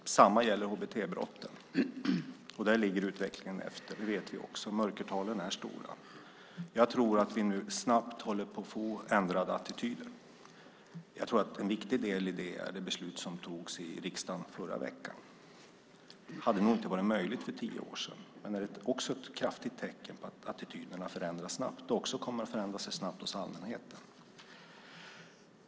Detsamma gäller HBT-brotten, och där ligger utvecklingen efter, det vet vi också. Mörkertalen är stora. Jag tror att vi snabbt håller på att få ändrade attityder. Jag tror att en viktig del i det är det beslut som togs i riksdagen i förra veckan. Det hade nog inte varit möjligt för tio år sedan. Det är också ett kraftigt tecken på att attityderna förändras snabbt och också kommer att förändra sig snabbt hos allmänheten.